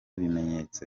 bimenyetso